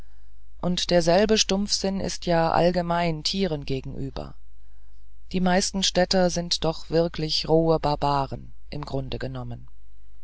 und derselbe stumpfsinn ist ja allgemein tieren gegenüber die meisten städter sind doch wirklich rohe barbaren im grunde genommen